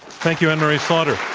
thank you, anne-marie slaughter.